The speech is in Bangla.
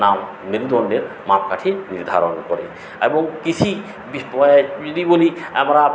না মেরুদণ্ডের মাপকাঠি নির্ধারণ করে এবং কৃষি যদি বলি আমরা